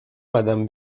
madame